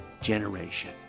generation